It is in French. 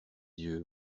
yeux